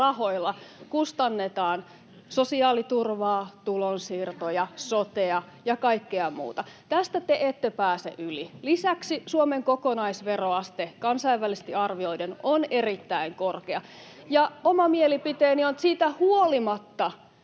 rahoilla kustannetaan sosiaaliturvaa, tulonsiirtoja, sotea [Suna Kymäläinen: Tehän kevennätte!] ja kaikkea muuta. Tästä te ette pääse yli. Lisäksi Suomen kokonaisveroaste kansainvälisesti arvioiden on erittäin korkea. Oma mielipiteeni on, että siitä huolimatta